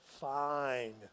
fine